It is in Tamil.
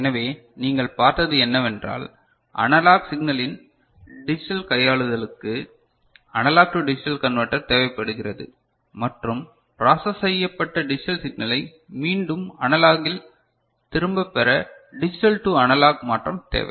எனவே நீங்கள் பார்த்தது என்னவென்றால் அனலாக் சிக்னலின் டிஜிட்டல் கையாளுதலுக்கு அனலாக் டு டிஜிட்டல் கன்வர்ட்டர் தேவைப்படுகிறது மற்றும் ப்ராசெஸ் செய்யப்பட்ட டிஜிட்டல் சிக்னலை மீண்டும் அனலாகில் திரும்ப பெற டிஜிட்டல் டு அனலாக் மாற்றம் தேவை